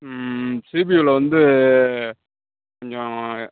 சிபியுவில வந்து கொஞ்சம்